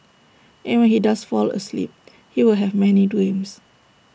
and when he does fall asleep he will have many dreams